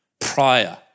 prior